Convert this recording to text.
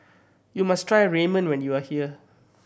you must try Ramen when you are here